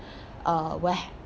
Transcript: uh where